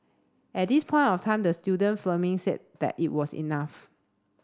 at this point of time the student filming said that it was enough